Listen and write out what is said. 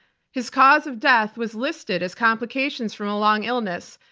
his cause of death was listed as complications from a long illness,